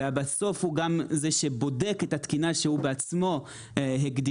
ובסוף הוא גם זה שבודק את התקינה שהוא בעצמו הגדיר.